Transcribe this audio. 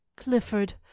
Clifford